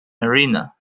arena